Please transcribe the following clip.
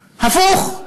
הפוך: